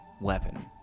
weapon